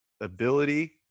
ability